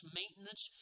maintenance